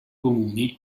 comuni